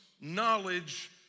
knowledge